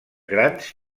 grans